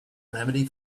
remedy